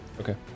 Okay